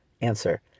Answer